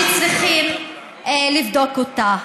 היא סוגיה שצריכים לבדוק אותה,